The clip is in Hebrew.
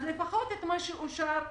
אז לפחות את מה שאושר שיעבירו.